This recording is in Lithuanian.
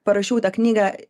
parašiau tą knygą